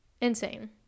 Insane